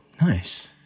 Nice